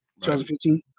2015